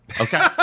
Okay